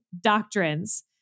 doctrines